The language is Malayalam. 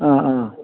ആ ആ